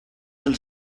del